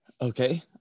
Okay